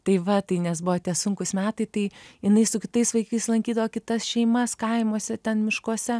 tai va tai nes buvo tie sunkūs metai tai jinai su kitais vaikais lankydavo kitas šeimas kaimuose ten miškuose